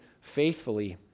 faithfully